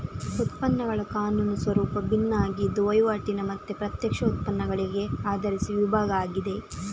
ಉತ್ಪನ್ನಗಳ ಕಾನೂನು ಸ್ವರೂಪ ಭಿನ್ನ ಆಗಿದ್ದು ವೈವಾಟಿನ ಮತ್ತೆ ಪ್ರತ್ಯಕ್ಷ ಉತ್ಪನ್ನಗಳಿಗೆ ಆಧರಿಸಿ ವಿಭಾಗ ಆಗಿದೆ